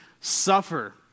suffer